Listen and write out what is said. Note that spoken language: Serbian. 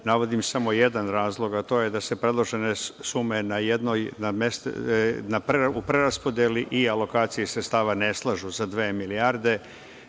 Navodim samo jedan razlog, a to je da se predložene sume u preraspodeli i alokaciji sredstava ne slažu sa dve milijarde. Drugo,